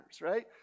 right